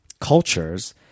cultures